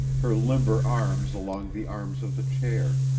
her limber arms along the arms of the chair,